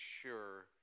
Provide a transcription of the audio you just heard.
sure